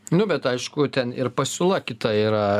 nu bet aišku ten ir pasiūla kita yra